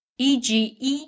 EGE